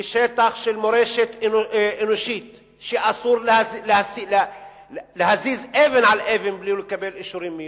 היא שטח של מורשת אנושית שאסור להזיז בו אבן בלי לקבל אישורים מאונסק"ו.